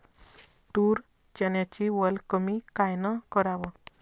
तूर, चन्याची वल कमी कायनं कराव?